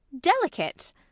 Delicate